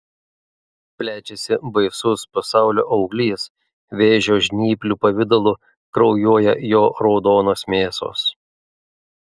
plečiasi baisus pasaulio auglys vėžio žnyplių pavidalu kraujuoja jo raudonos mėsos